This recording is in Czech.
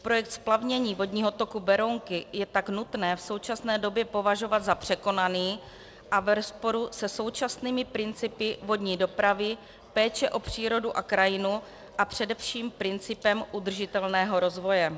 Projekt splavnění vodního toku Berounky je tak nutné v současné době považovat za překonaný a v rozporu se současnými principy vodní dopravy, péče o přírodu a krajinu a především principem udržitelného rozvoje.